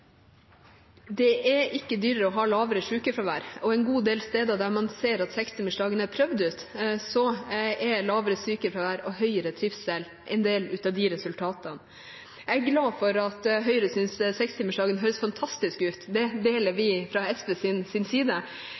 Det er ikke dyrere å ha lavere sykefravær. En god del steder der man ser at 6-timersdagen er prøvd ut, er lavere sykefravær og høyere trivsel en del av resultatene. Jeg er glad for at Høyre synes 6-timersdagen høres fantastisk ut. Det synet deler vi fra